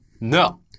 No